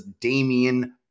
Damian